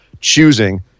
choosing